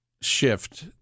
shift